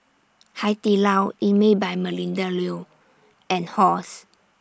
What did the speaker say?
Hai Di Lao Emel By Melinda Looi and Halls